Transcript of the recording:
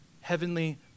heavenly